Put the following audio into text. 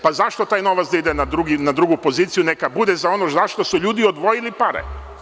Pa, zašto taj novac da ide na drugu poziciju, neka bude za onu za šta su ljudi odvojili pare.